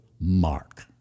mark